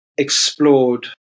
explored